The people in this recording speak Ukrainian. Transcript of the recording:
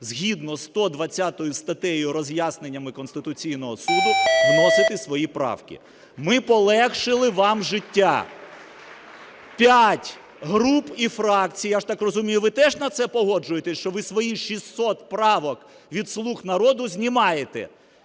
згідно із 120 статтею роз'ясненнями Конституційного Суду вносити свої правки. Ми полегшили вам життя. П'ять груп і фракція, я ж так розумію, ви теж на це погоджуєтесь, що ви свої шістсот правок від "слуг народу" знімаєте,